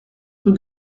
rue